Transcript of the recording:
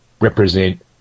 represent